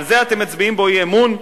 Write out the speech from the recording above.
על זה אתם מצביעים בו אי-אמון?